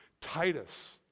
Titus